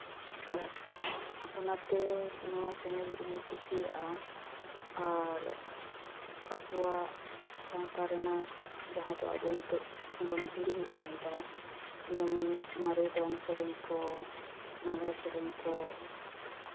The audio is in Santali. ᱚᱱᱟᱛᱮ ᱱᱚᱣᱟ ᱪᱮᱱᱮᱞ ᱤᱧ ᱠᱩᱥᱤᱭᱟᱜᱼᱟ ᱟᱨ ᱟᱵᱚᱣᱟᱜ ᱥᱟᱶᱛᱟ ᱨᱮᱱᱟᱜ ᱡᱟᱦᱟᱸ ᱫᱚ ᱟᱵᱚ ᱱᱤᱛᱚᱜ ᱵᱚᱱ ᱦᱤᱲᱤᱧ ᱤᱫᱤᱭᱮᱫᱟ ᱡᱮᱢᱚᱱ ᱢᱟᱨᱮ ᱫᱚᱝ ᱥᱮᱨᱮᱧ ᱠᱚ ᱞᱟᱜᱽᱲᱮ ᱥᱮᱨᱮᱧ ᱠᱚ